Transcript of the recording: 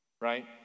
right